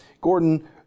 Gordon